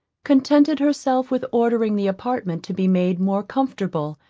contented herself with ordering the apartment to be made more comfortable,